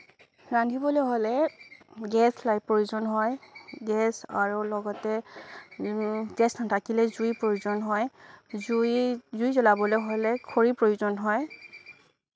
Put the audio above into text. ৰান্ধিবলৈ হ'লে গেছ প্ৰয়োজন হয় গেছ আৰু লগতে গেছ নাথাকিলে জুই প্ৰয়োজন হয় জুই জুই জ্বলাবলৈ হ'লে খৰি প্ৰয়োজন হয়